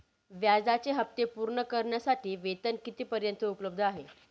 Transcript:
व्याजाचे हप्ते पूर्ण करण्यासाठी वेतन किती पर्यंत उपलब्ध आहे?